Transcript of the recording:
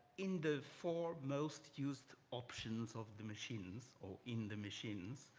in the four most used options of the machines or in the machines.